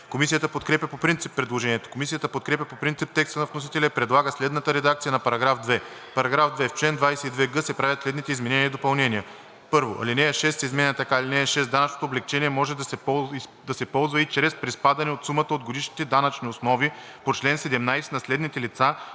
Комисията подкрепя по принцип предложението. Комисията подкрепя по принцип текста на вносителя и предлага следната редакция на § 2: „§ 2. В чл. 22г се правят следните изменения и допълнения: 1. Алинея 6 се изменя така: „(6) Данъчното облекчение може да се ползва и чрез приспадане от сумата от годишните данъчни основи по чл. 17 на следните лица,